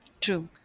True